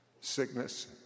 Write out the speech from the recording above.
sickness